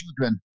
children